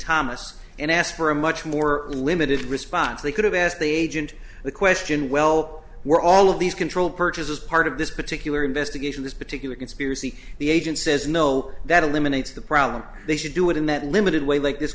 thomas and asked for a much more limited response they could have asked the agent the question well were all of these control purchases part of this particular investigation this particular conspiracy the agent says no that eliminates the problem they should do it in that limited way like this